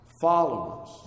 Followers